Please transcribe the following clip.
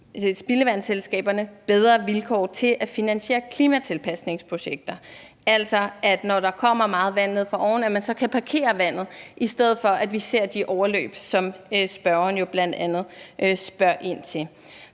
spildevandsselskaberne bedre vilkår til at finansiere klimatilpasningsprojekter, altså at man, når der kommer meget vand ned fra oven, så kan parkere vandet, i stedet for at vi ser de overløb, som spørgeren jo bl.a. spørger ind til.